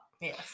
Yes